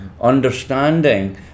understanding